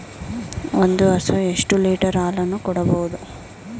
ಒಂದು ಹಸು ಎಷ್ಟು ಲೀಟರ್ ಹಾಲನ್ನು ಕೊಡಬಹುದು?